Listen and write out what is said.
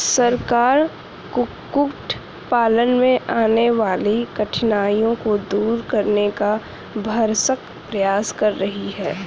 सरकार कुक्कुट पालन में आने वाली कठिनाइयों को दूर करने का भरसक प्रयास कर रही है